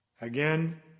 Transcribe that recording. Again